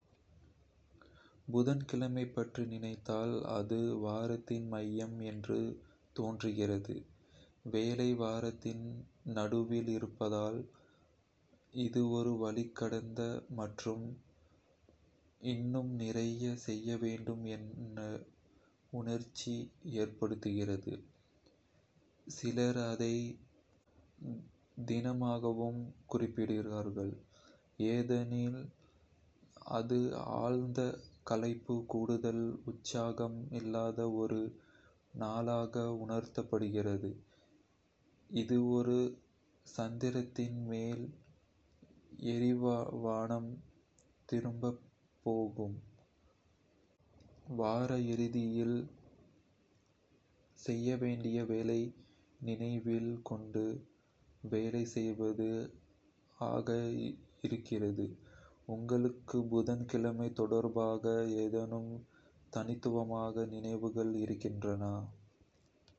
புதன் கிழமை பற்றி நினைத்தால், அது "வாரத்தின் மையம்" என்று தோன்றுகிறது. வேலை வாரத்தின் நடுவில் இருப்பதால், அது ஒரு வழி கடந்த மற்றும் இன்னும் நிறைய செய்ய வேண்டும் என்று உணர்ச்சி ஏற்படுகிறது. சிலர் அதை "ஹம்ப்டி-டம்ப்டி" தினமாகவும் குறிப்பிடுகிறார்கள், ஏனெனில் அது ஆழ்ந்த களைப்பும், கூடுதல் உற்சாகம் இல்லாத ஒரு நாளாக உணரப்படுகிறது. இது ஒரு சந்திரனின் மேல் ஏறி கவனம் திருப்பும் போதும், வார இறுதியில் செய்ய வேண்டிய வேலைகளை நினைவில் கொண்டு வேலை செய்வதும் ஆக இருக்கிறது. உங்களுக்குப் புதன் கிழமை தொடர்பாக ஏதாவது தனித்துவமான நினைவுகள் இருக்கின்றனா?